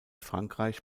frankreich